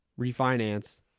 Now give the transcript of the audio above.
refinance